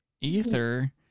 ether